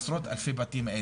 עשרות אלפי בתים,